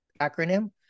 acronym